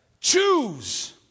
Choose